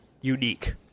unique